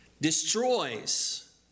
destroys